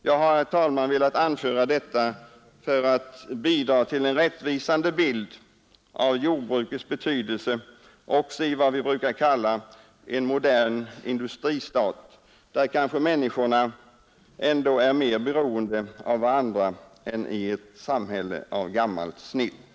Jag har, herr talman, velat anföra detta för att bidra till en rättvisande bild av jordbrukets betydelse också i en vad vi brukar kalla modern industristat, där människorna kanske ändå är mer beroende av varandra än i ett samhälle av gammalt snitt.